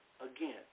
again